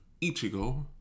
Ichigo